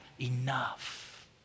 enough